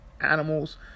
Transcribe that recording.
animals